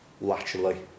laterally